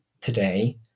today